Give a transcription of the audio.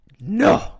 no